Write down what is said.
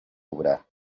obrar